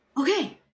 okay